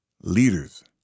leaders